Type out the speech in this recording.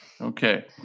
okay